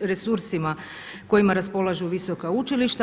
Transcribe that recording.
resursima kojima raspolažu visoka učilišta.